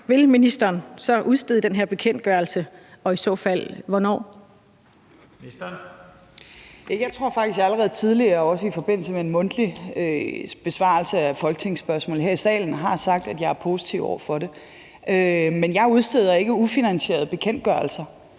og sundhedsministeren (Sophie Løhde): Jeg tror faktisk, at jeg allerede tidligere, også i forbindelse med en mundtlig besvarelse af folketingsspørgsmål her i salen, har sagt, at jeg er positiv over for det. Men jeg udsteder ikke ufinansierede bekendtgørelser,